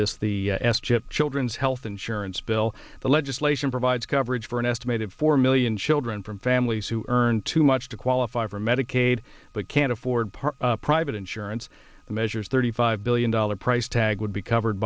chip children's health insurance bill the legislation provides coverage for an estimated four million children from families who earn too much to qualify for medicaid but can't afford private insurance measures thirty five billion dollars price tag would be covered